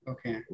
Okay